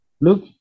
Look